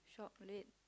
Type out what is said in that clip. shop lit